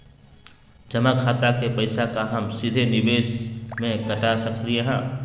जमा खाता के पैसा का हम सीधे निवेस में कटा सकली हई?